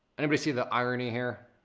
anybody see the irony here.